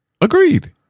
Agreed